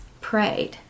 prayed